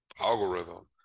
algorithm